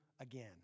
again